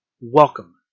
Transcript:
Welcome